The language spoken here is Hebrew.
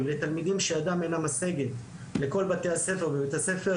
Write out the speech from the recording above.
לתלמידים שידם אינה משגת לכל בתי הספר ובית הספר